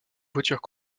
voitures